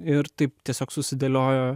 ir taip tiesiog susidėliojo